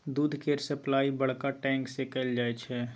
दूध केर सप्लाई बड़का टैंक सँ कएल जाई छै